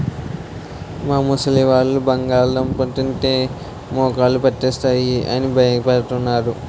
మా ముసలివాళ్ళు బంగాళదుంప తింటే మోకాళ్ళు పట్టేస్తాయి అని భయపడతారు